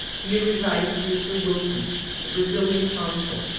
here resides mr. wilkens, the brazilian consul,